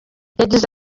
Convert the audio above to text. yagize